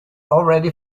already